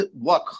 work